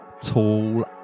tall